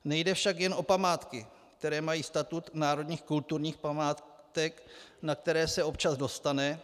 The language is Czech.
Nejde však jen o památky, které mají statut národních kulturních památek, na které se občas dostane.